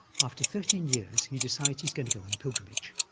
after thirteen years, he decides he's going to go on a pilgrimage,